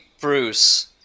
Bruce